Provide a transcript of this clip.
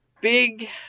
big